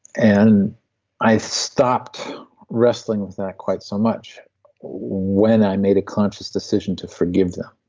and i stopped wrestling with that quite so much when i made a conscious decision to forgive them.